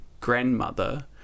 grandmother